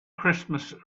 christmas